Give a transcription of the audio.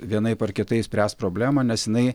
vienaip ar kitaip spręst problemą nes jinai